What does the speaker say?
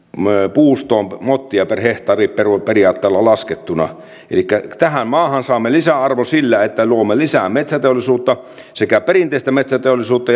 puustoon mottia per hehtaari periaatteella laskettuna elikkä tähän maahan saamme lisäarvon sillä että luomme lisää metsäteollisuutta sekä perinteistä metsäteollisuutta